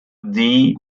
die